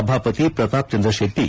ಸಭಾಪತಿ ಪ್ರತಾಪ್ಚಂದ್ರ ಶೆಟ್ಟಿ